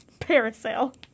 parasail